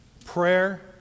Prayer